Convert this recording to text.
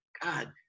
God